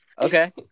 Okay